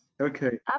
Okay